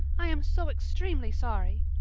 i am so extremely sorry,